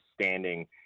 standing